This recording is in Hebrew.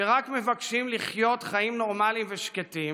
שרק מבקשים לחיות חיים נורמליים ושקטים